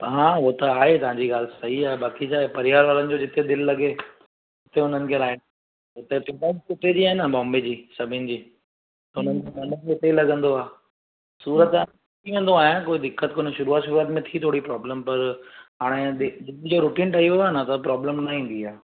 हा उहो त आहे तव्हां जी ॻाल्हि सही आहे बाक़ी छाहे परिवारि वारनि जिते दिलि लॻे उते हुननि खे राइ उते जी आहिनि बॉम्बे जी सभिनि जी उन्हनि खे मन बि उते लॻंदो आहे सूरत आहे कोई दिक़त कोन्हे शुरूआति शुरूआति में थी थोरी प्रॉब्लेम पर हाणे सुबुह जो रुटिन ठही वहियो आहे प्रॉब्लेम न ईंदी आहे